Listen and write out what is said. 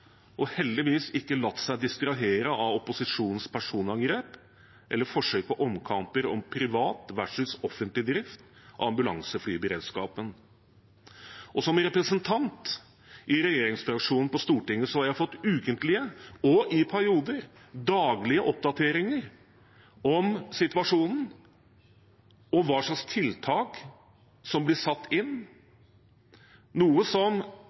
og heldigvis ikke latt seg distrahere av opposisjonens personangrep eller forsøk på omkamper om privat versus offentlig drift av ambulanseflyberedskapen. Og som representant i regjeringsfraksjonen på Stortinget har jeg fått ukentlige – og i perioder daglige – oppdateringer om situasjonen og hva slags tiltak som blir satt inn, noe som